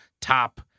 top